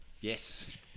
yes